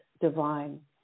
divine